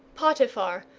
potiphar,